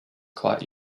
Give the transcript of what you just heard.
quite